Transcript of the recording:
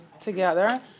together